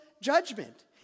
judgment